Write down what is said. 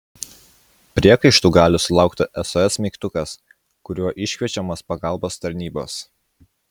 priekaištų gali sulaukti sos mygtukas kuriuo iškviečiamos pagalbos tarnybos